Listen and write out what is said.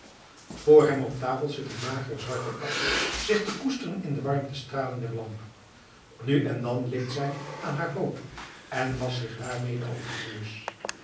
voor hem op tafel zit een magere zwarte kat zich te koesteren in de warmtestralen der lamp nu en dan likt zij aan haar poot en wascht zich daarmede over den neus